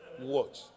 watch